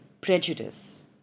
prejudice